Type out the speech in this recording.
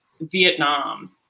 Vietnam